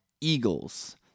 Eagles